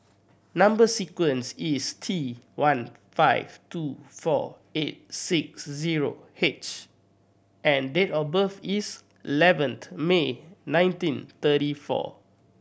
number sequence is T one five two four eight six zero H and date of birth is eleventh May nineteen thirty four